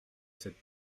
cette